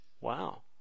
Wow